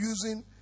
using